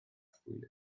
sbwylio